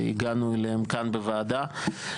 שהגענו אליה כאן בוועדה.